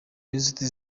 b’inshuti